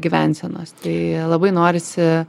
gyvensenos tai labai norisi